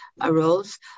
arose